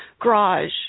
garage